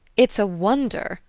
it's a wonder,